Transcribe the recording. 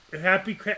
happy